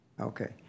Okay